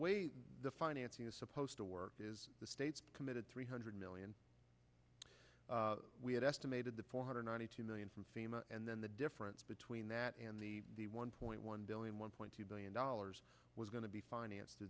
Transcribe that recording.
way the financing is supposed to work is the state committed three hundred million we had estimated the four hundred ninety two million and then the difference between that and the one point one billion one point two billion dollars was going to be financed through